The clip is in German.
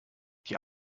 die